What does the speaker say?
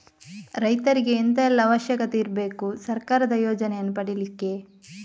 ರೈತರಿಗೆ ಎಂತ ಎಲ್ಲಾ ಅವಶ್ಯಕತೆ ಇರ್ಬೇಕು ಸರ್ಕಾರದ ಯೋಜನೆಯನ್ನು ಪಡೆಲಿಕ್ಕೆ?